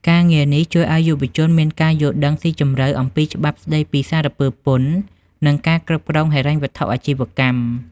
ការងារនេះជួយឱ្យយុវជនមានការយល់ដឹងស៊ីជម្រៅអំពីច្បាប់ស្តីពីសារពើពន្ធ និងការគ្រប់គ្រងហិរញ្ញវត្ថុអាជីវកម្ម។